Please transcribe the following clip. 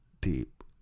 deep